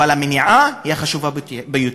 אבל המניעה היא החשובה ביותר.